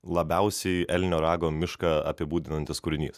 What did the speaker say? labiausiai elnio rago mišką apibūdinantis kūrinys